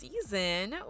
season